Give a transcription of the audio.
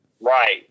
Right